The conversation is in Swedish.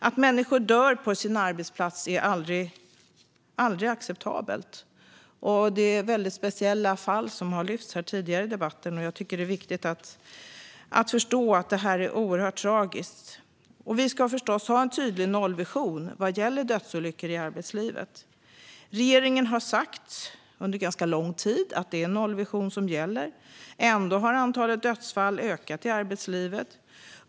Att människor dör på sin arbetsplats är aldrig acceptabelt. Det är väldigt speciella fall som har tagits upp här tidigare i debatten. Det är viktigt att förstå att detta är oerhört tragiskt. Vi ska förstås ha en tydlig nollvision vad gäller dödsolyckor i arbetslivet. Regeringen har under ganska lång tid sagt att det är nollvision som gäller. Ändå har antalet dödsfall i arbetslivet ökat.